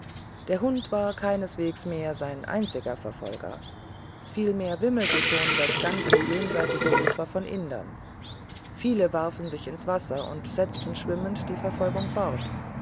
der hund war keineswegs mehr sein einziger verfolger vielmehr wimmelte schon das ganze jenseitige ufer von indern viele warfen sich ins wasser und setzten schwimmend die verfolgung fort